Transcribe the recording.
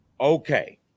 okay